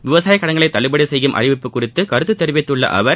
விவசாய கடன்களை தள்ளுபடி செய்யும் அறிவிப்பு குறித்து கருத்து தெரிவித்துள்ள அவர்